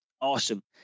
awesome